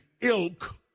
ilk